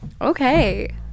Okay